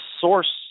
source